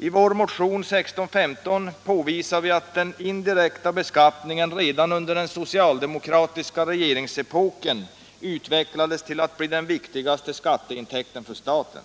I vår motion 1615 påvisar vi att den indirekta beskattningen redan under den socialdemokratiska regeringsepoken utvecklades till att bli den viktigaste skatteintäkten för staten.